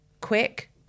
quick